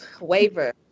waiver